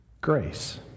grace